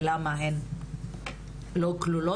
ולמה הן לא כלולות?